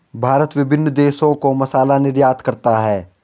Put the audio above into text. भारत विभिन्न देशों को मसाला निर्यात करता है